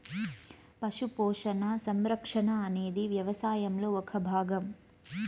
పశు పోషణ, సంరక్షణ అనేది వ్యవసాయంలో ఒక భాగం